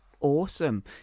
awesome